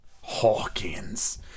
Hawkins